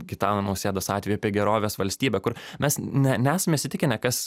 gitano nausėdos atveju apie gerovės valstybę kur mes ne nesam įsitikinę kas